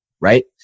right